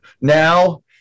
Now